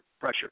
pressure